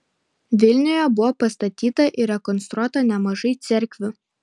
vilniuje buvo pastatyta ir rekonstruota nemažai cerkvių